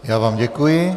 Já vám děkuji.